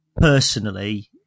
Personally